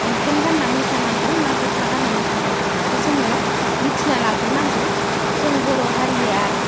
लंफेन गानना मोसानांगौ ना दख'ना गानना मोसानांगौ बेखो जोङो मिथिना लाग्रोनांगौ जों बर' हारिया